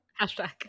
Hashtag